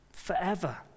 forever